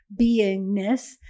beingness